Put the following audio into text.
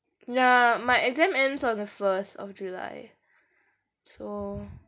ya my exam ends on the first of july so ya